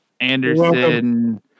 Anderson